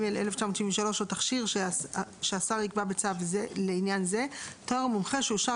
התשל"ג-1973 או תכשיר שהשר יקבע בצו לעניין זה תואר המומחה שאושר